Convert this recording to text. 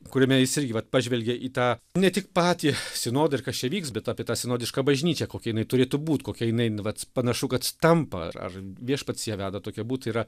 kuriame jis irgi vat pažvelgė į tą ne tik patį sinodą ir kas čia vyks bet apie tą sinodišką bažnyčią kokia jinai turėtų būt kokia jinai vat panašu kad tampa ar ar viešpats ją veda tokia būt yra